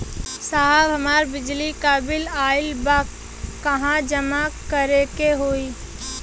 साहब हमार बिजली क बिल ऑयल बा कहाँ जमा करेके होइ?